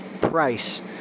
price